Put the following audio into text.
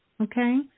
okay